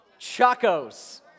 Chacos